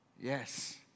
Yes